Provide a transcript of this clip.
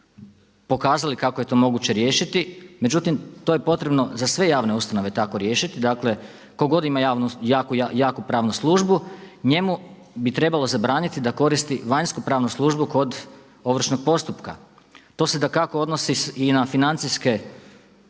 pokazali kako je to moguće riješiti, međutim to je potrebno za sve javne ustanove tako riješiti dakle ko god ima jaku pravnu službu njemu bi trebalo zabraniti da koristi vanjsku pravnu službu kod ovršnog postupka. To se dakako odnosi i na financijske